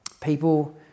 people